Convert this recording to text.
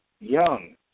Young